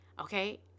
okay